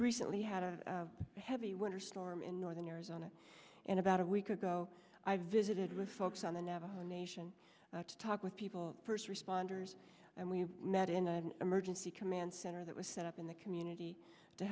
recently had a heavy winter storm in northern arizona and about a week ago i visited with folks on the navajo nation to talk with people first responders and we met in an emergency command center that was set up in the community to